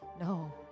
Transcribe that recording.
no